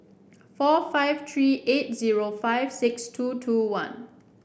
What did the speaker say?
four five three eight zero five six two two one